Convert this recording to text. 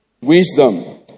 wisdom